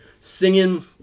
singing